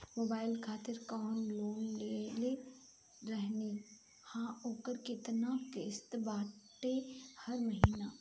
Mobile खातिर जाऊन loan लेले रहनी ह ओकर केतना किश्त बाटे हर महिना?